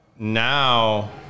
Now